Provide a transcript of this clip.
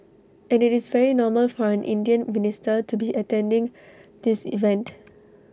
and IT is very normal for an Indian minister to be attending this event